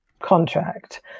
contract